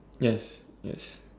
yes yes